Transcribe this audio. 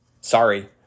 Sorry